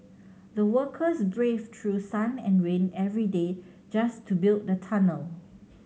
the workers braved through sun and rain every day just to build the tunnel